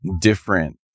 different